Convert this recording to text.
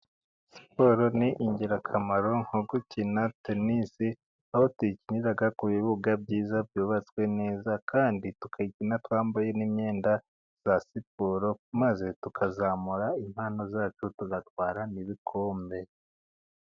Siporo ni ingirakamaro nko gukina tenisi, aho tuyikinira ku bibuga byiza byubatswe neza, kandi tukayikina twambaye n'imyenda ya siporo, maze tukazamura impano zacu tugatwara n'ibikombe.